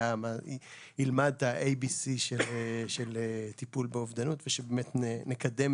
ילמד את ה-ABC של טיפול באובדנות ושבאמת נקדם